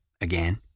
again